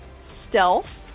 Stealth